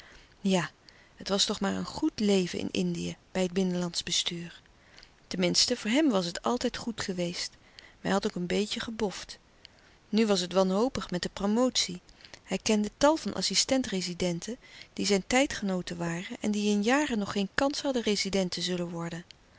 ja het was toch maar een goed leven in indië bij het binnenlandsch bestuur ten minste voor hem was het altijd goed geweest maar hij had ook een beetje gebofd nu was het wanhopig met de promotie hij kende tal van assistent rezidenten die zijn tijdgenooten waren en die in jaren nog geen kans hadden rezident te zullen worden